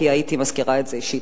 כי הייתי מזכירה לו את זה אישית.